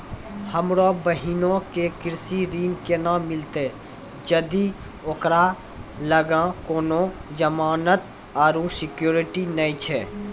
हमरो बहिनो के कृषि ऋण केना मिलतै जदि ओकरा लगां कोनो जमानत आरु सिक्योरिटी नै छै?